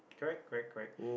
correct correct correct